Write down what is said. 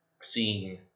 seeing